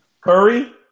Curry